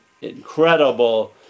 incredible